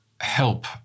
help